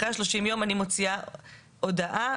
אחרי כן אני מוציאה הודעה,